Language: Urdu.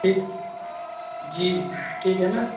ٹھیک جی ٹھیک ہے نا